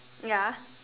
ya